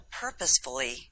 purposefully